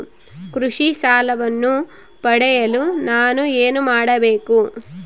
ಕೃಷಿ ಸಾಲವನ್ನು ಪಡೆಯಲು ನಾನು ಏನು ಮಾಡಬೇಕು?